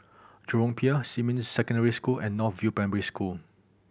Jurong Pier Xinmin Secondary School and North View Primary School